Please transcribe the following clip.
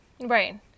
Right